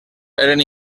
eren